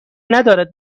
ندارد